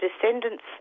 descendants